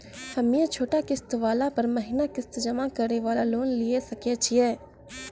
हम्मय छोटा किस्त वाला पर महीना किस्त जमा करे वाला लोन लिये सकय छियै?